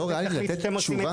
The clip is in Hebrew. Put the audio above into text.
אבל לתת תשובה.